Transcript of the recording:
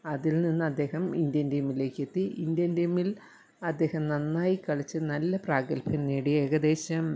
അതിൽ നിന്ന് അദ്ദേഹം ഇന്ത്യൻ ടീമിലേക്ക് എത്തി ഇന്ത്യൻ ടീമിൽ അദ്ദേഹം നന്നായി കളിച്ചു നല്ല പ്രാഗൽഭ്യം നേടിയ ഏകദേശം